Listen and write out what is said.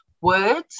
words